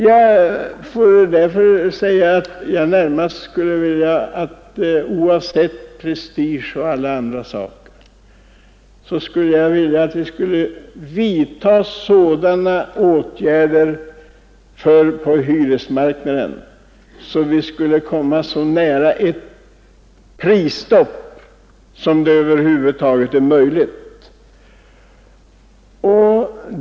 Jag tycker att vi borde bortse från prestige och liknande saker och försöka vidta sådana åtgärder på arbetsmarknaden att vi kommer så nära ett prisstopp som det över huvud taget är möjligt.